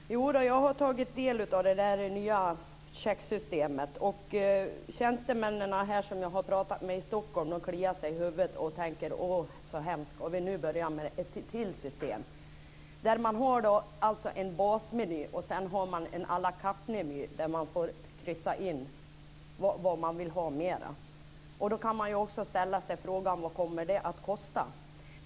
Fru talman! Jag har tagit del av det nya checksystemet. De tjänstemän jag har pratat med här i Stockholm kliar sig i huvudet och tänker: Åh, så hemskt! Ska vi nu börja med ett system till. Man har en basmeny och sedan har man en à la carte-meny där man får kryssa för vad man mer vill ha. Då kan vi också ställa oss frågan: Vad kommer det att kosta?